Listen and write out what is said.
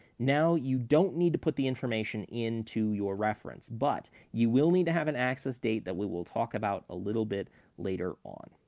now, you don't need to put the information into your reference, but you will need to have an access date that we will talk about a little bit later on.